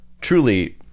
truly